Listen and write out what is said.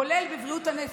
כולל בבריאות הנפש,